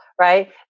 right